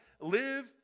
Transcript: Live